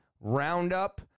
roundup